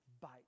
bite